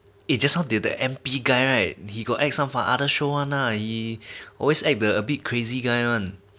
eh just now the M_P guy right he got act some for other show one lah he always act the big crazy guy one